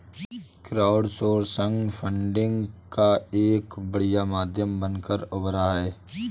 crowdsourcing funding का एक बढ़िया माध्यम बनकर उभरा है